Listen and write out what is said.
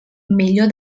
millor